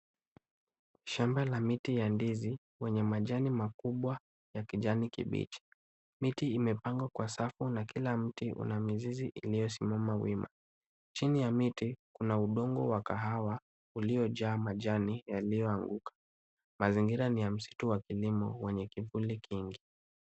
Shamba la miti ya ndizi wenye majani makubwa ya kijani kibichi. Miti imepangwa kwa safu na kila mti ina mizizi iliyosimama wima. Chini ya miti kuna udongo wa kahawa uliojaa majani yaliyoanguka. Mazingira ni ya msitu wa kilimo wenye kivuli kingi.